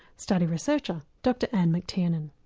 study researcher dr anne mctiernan.